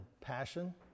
passion